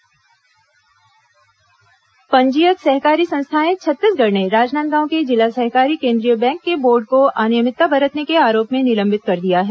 board निलंबन पंजीयक सहकारी संस्थाएं छत्तीसगढ़ ने राजनांदगांव के जिला सहकारी केंद्रीय बैंक के बोर्ड को अनियमितता बरतने के आरोप में निलंबित कर दिया है